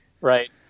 right